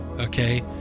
okay